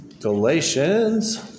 galatians